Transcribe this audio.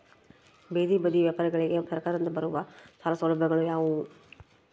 ಬೇದಿ ಬದಿ ವ್ಯಾಪಾರಗಳಿಗೆ ಸರಕಾರದಿಂದ ಬರುವ ಸಾಲ ಸೌಲಭ್ಯಗಳು ಯಾವುವು?